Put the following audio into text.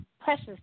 precious